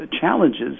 challenges